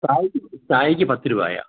ചായയ്ക്ക് ചായയ്ക്ക് പത്ത് രൂപയാണ്